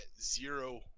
zero